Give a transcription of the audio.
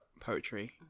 poetry